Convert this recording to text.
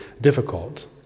difficult